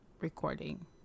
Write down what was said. recording